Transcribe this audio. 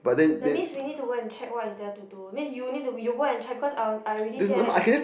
that means we need to go and check what is there to do means you need to you go and check because I I already say I